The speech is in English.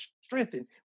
strengthened